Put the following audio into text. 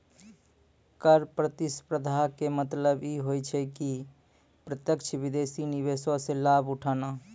कर प्रतिस्पर्धा के मतलब इ होय छै कि प्रत्यक्ष विदेशी निवेशो से लाभ उठाना